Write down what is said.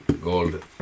gold